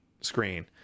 screen